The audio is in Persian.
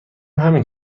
همین